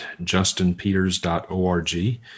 justinpeters.org